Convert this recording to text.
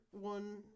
one